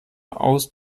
aus